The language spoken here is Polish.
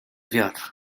wiatr